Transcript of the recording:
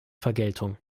vergeltung